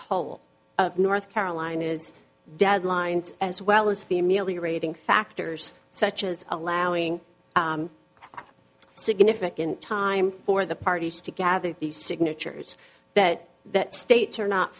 whole of north carolina's deadlines as well as the merely rating factors such as allowing significant time for the parties to gather these signatures that that states are not